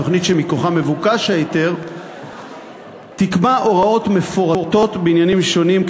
התוכנית שמכוחה מבוקש ההיתר תקבע הוראות מפורטות בעניינים שונים,